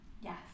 Yes